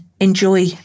enjoy